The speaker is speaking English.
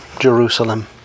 Jerusalem